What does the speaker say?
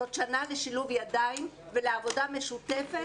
זאת שנה לשילוב ידיים ולעבודה משותפת.